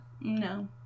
No